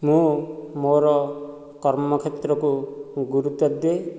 ମୁଁ ମୋର କର୍ମକ୍ଷେତ୍ରକୁ ଗୁରୁତ୍ଵ ଦିଏ